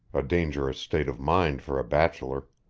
a dangerous state of mind for a bachelor.